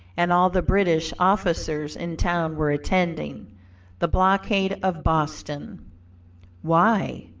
and all the british officers in town were attending the blockade of boston why,